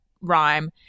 rhyme